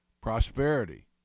prosperity